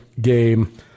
game